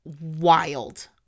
wild